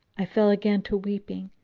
i fell again to weeping,